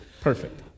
Perfect